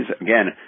again